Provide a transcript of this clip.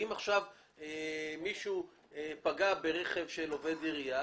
אם עכשיו מישהו פגע ברכב של עובד עירייה,